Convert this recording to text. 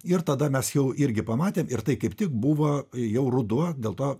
ir tada mes jau irgi pamatėm ir tai kaip tik buvo jau ruduo dėl to